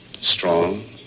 strong